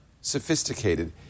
sophisticated